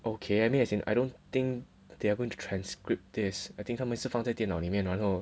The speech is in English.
okay I mean as in I don't think they are going to transcript this I think 他们是放在电脑里面然后